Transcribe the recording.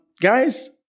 guys